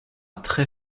très